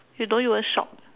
you don't even shop